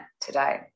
today